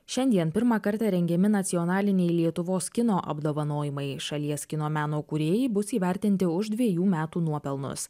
šiandien pirmą kartą rengiami nacionaliniai lietuvos kino apdovanojimai šalies kino meno kūrėjai bus įvertinti už dviejų metų nuopelnus